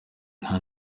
nta